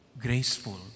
graceful